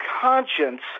conscience